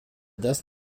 das